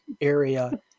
area